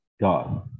God